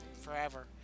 forever